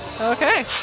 Okay